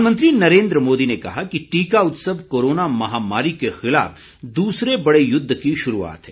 प्रधानमंत्री नरेन्द्र मोदी ने कहा कि टीका उत्सव कोरोना महामारी के खिलाफ दूसरे बड़े युद्ध की शुरूआत है